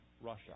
Russia